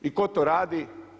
I tko to radi?